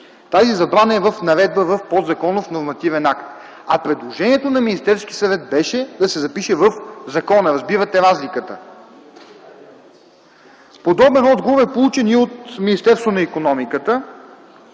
Тази забрана е в наредба в подзаконов нормативен акт, а предложението на Министерски съвет беше да се запише в закона. Разбирате разликата! Подобен отговор е получен и от Министерство на икономиката,